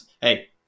Hey